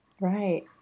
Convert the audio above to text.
Right